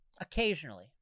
Occasionally